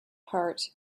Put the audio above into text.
part